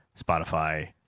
Spotify